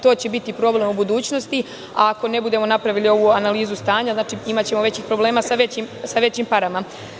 To će biti problem u budućnosti, a ako ne budemo napravili ovu analizu stanja, imaćemo većih problema sa većim parama.